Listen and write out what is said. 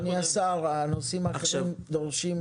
אדוני השר, האם אתה יכול לעבור לנושאים האחרים?